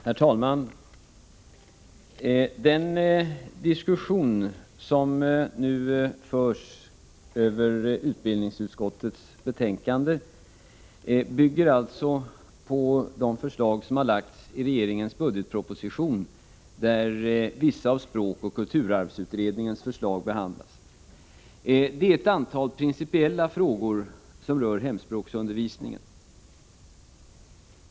Herr talman! Den diskussion som nu förs över utbildningsutskottets betänkande bygger alltså på de förslag som framläggs i regeringens budgetproposition, där vissa av språkoch kulturarvsutredningens förslag behandlas. Det är ett antal principiella frågor som rör hemspråksundervisningen.